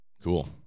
cool